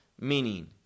meaning